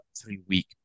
three-week